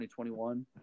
2021